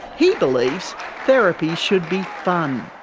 he believes therapy should be fun.